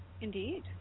Indeed